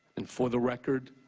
and for the record,